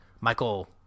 Michael